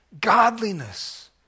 godliness